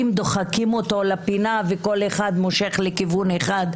דוחקים אותו לפינה וכל אחד מושך לכיוון אחר,